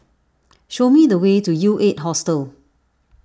show me the way to U eight Hostel